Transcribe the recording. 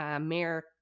Mayor